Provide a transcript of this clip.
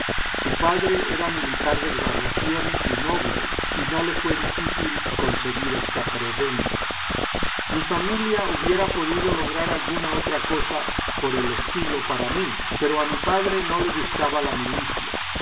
su padre era militar de graduación y noble y no le fué difícil conseguir esta prebenda mi familia hubiera podido lograr alguna otra cosa por el estilo para mí pero a mi padre no le gustaba la milicia